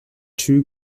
two